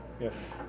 Yes